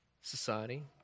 society